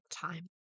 time